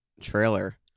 trailer